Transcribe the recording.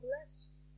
blessed